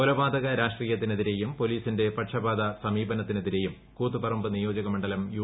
കൊലപാതക രാഷ്ട്രീയത്തിനെതിരെയും പൊലീസിന്റെ പക്ഷപാത സമീപനത്തിനെതിരെയും കൂത്തുപറമ്പ് നിയോജക മണ്ഡലം യു